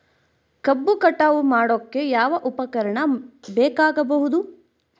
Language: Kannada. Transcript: ಕಬ್ಬು ಕಟಾವು ಮಾಡೋಕೆ ಯಾವ ಉಪಕರಣ ಬೇಕಾಗಬಹುದು?